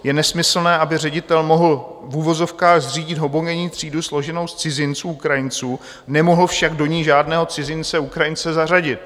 Je nesmyslné, aby ředitel mohl v uvozovkách zřídit homogenní třídu složenou z cizinců Ukrajinců, nemohl však do ní žádného cizince Ukrajince zařadit.